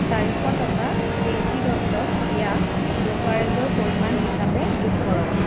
চাৰিশ টকা জেউতি দত্তক দিয়া ব্ৰ'কাৰেজৰ পৰিমাণ হিচাপে যোগ কৰক